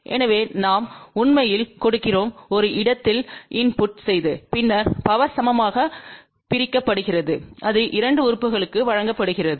எனவே நாம் உண்மையில் கொடுக்கிறோம் ஒரு இடத்தில் இன்புட் செய்து பின்னர் பவர் சமமாகப் பிரிக்கப்படுகிறது அது 2 உறுப்புகளுக்கு வழங்கப்படுகிறது